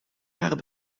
jaren